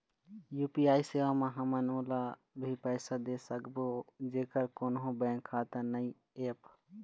UPI सेवा म हमन ओला भी पैसा दे सकबो जेकर कोन्हो बैंक खाता नई ऐप?